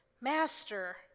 Master